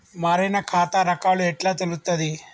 మారిన ఖాతా రకాలు ఎట్లా తెలుత్తది?